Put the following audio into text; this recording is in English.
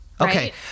Okay